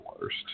worst